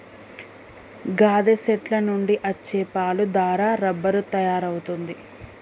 గాదె సెట్ల నుండి అచ్చే పాలు దారా రబ్బరు తయారవుతుంది